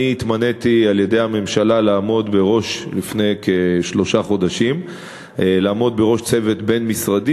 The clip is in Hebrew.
אני התמניתי על-ידי הממשלה לפני כשלושה חודשים לעמוד בראש צוות בין-משרדי